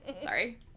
Sorry